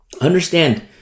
understand